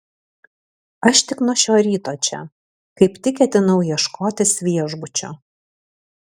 aš tik nuo šio ryto čia kaip tik ketinau ieškotis viešbučio